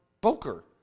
boker